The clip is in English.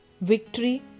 victory